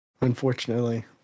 Unfortunately